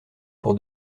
pour